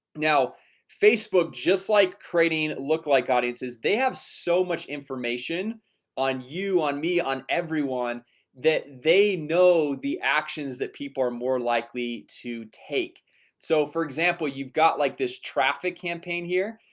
now facebook just like crating look like audiences. they have so much information on you on me on everyone that they know the actions that people are more likely to take so for example, you've got like this traffic campaign here.